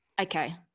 okay